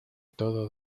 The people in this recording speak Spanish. todo